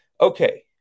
Okay